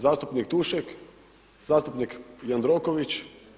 Zastupnik Tušek, zastupnik Jandroković?